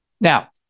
Now